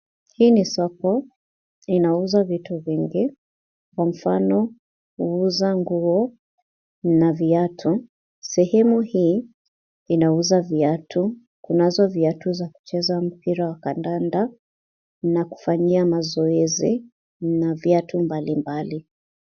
Hii ni soko, inauza vitu vingi kwa mfano uza nguo na viatu, sehemu hii inauza viatu, kunazo viatu za kucheza mpira wa kananda na kufanyia mazoezi na viatu mbali mbali.